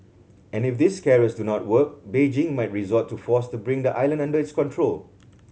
and if these carrots do not work Beijing might resort to force to bring the island under its control